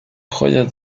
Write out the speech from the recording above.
joyas